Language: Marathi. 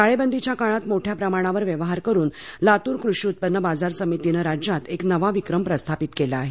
टाळेबंदीच्या काळात मोठय प्रमाणावर व्यवहार करुन लातूर कृषी उत्पन्न बाजार समितीनं राज्यात एक नवा विक्रम प्रस्थापित केला आहे